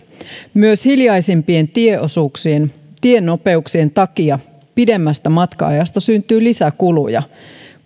myös hiljaisempien tieosuuksien tienopeuksien takia pidemmästä matka ajasta syntyy lisäkuluja